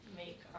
make